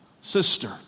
sister